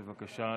בבקשה.